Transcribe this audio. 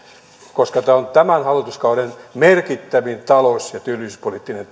koska tämä on onnistuessaan tämän hallituskauden merkittävin talous ja työllisyyspoliittinen